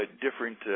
different